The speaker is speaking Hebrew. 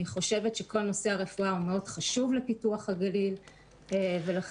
כל נושא הרפואה חשוב לפיתוח הגליל וגם